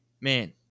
man